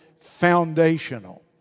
foundational